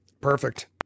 Perfect